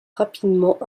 rapidement